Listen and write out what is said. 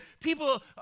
People